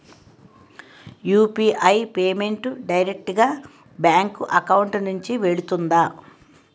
UPI payment direct గా bank account నుంచి వెళ్తుందా?